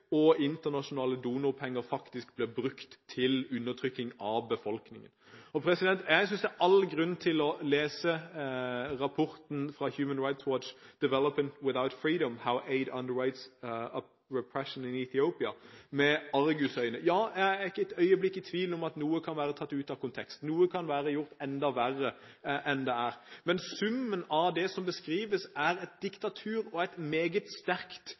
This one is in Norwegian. og internasjonale donorpenger faktisk blir brukt til undertrykking av befolkningen. Jeg synes det er all grunn til å lese rapporten fra Human Rights Watch «Development without Freedom: How Aid Underwrites Repression in Ethiopia» med argusøyne. Ja, jeg er ikke et øyeblikk i tvil om at noe kan være tatt ut av konteksten, noe kan være gjort enda verre enn det er. Men summen av det som beskrives, er et diktatur, et meget sterkt